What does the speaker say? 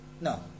No